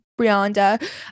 Brianda